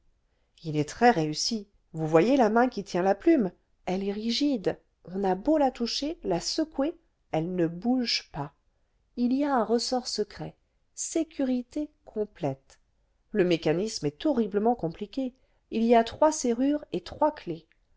il est très réussi vous voyez la main qui tient la plume elle est rigide on a beau la toucher la secouer elle ne bouge pas il y a un ressort secret sécurité complète le mécanisme est horriblement compliqué il y a trois serrures et trois clefs